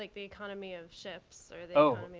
like the economy of ships or the i mean